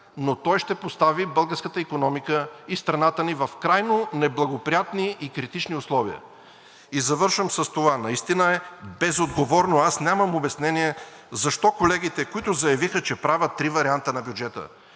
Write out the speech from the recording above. но той ще постави българската икономика и страната ни в крайно неблагоприятни и критични условия. И завършвам с това. Наистина е безотговорно! Аз нямам обяснение защо колегите, които заявиха, че правят три варианта на бюджета,